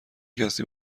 کسی